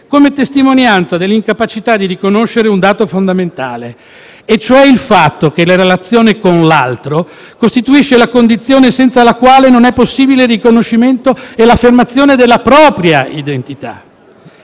come testimonianza dell'incapacità di riconoscere un dato fondamentale, e cioè il fatto che la relazione con l'altro costituisce la condizione senza la quale non è possibile il riconoscimento e l'affermazione della propria identità.